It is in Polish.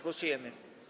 Głosujemy.